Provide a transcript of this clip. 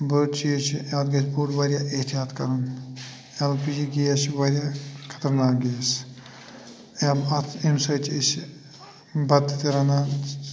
بٔڑ چیٖز چھ اَتھ گَژھِ پوٗرٕ واریاہ احتِیاط کَرُن ایل پی جی گیس چھُ واریاہ خَطرناک گیس اَتھ امہِ سۭتۍ أسۍ بتہٕ تہِ رَنان